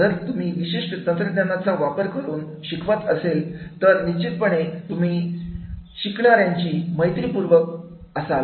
जर तुम्ही विशिष्ट तंत्रज्ञानाचा वापर करून शिकवत असेल तर निश्चितपणे तुम्ही शिकणाऱ्याशी मैत्री पूर्वक बनलेला असाल